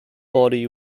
body